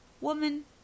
Woman